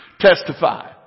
testify